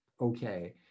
okay